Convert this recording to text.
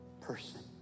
person